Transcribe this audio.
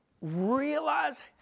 realize